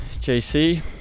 jc